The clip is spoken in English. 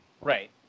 Right